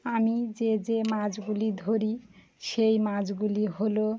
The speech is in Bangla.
আমি যে যে মাছগুলি ধরি সেই মাছগুলি হলো